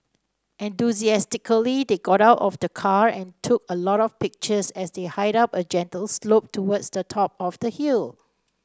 enthusiastically they got out of the car and took a lot of pictures as they hiked up a gentle slope towards the top of the hill